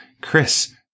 Chris